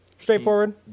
straightforward